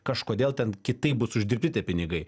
kažkodėl ten kitaip bus uždirbti tie pinigai